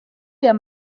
der